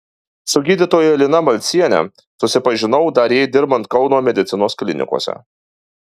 su gydytoja lina malciene susipažinau dar jai dirbant kauno medicinos klinikose